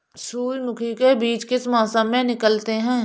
सूरजमुखी में बीज किस मौसम में निकलते हैं?